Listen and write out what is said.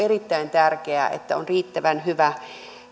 erittäin tärkeää että on riittävän hyvä